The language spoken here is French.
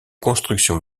construction